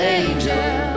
angel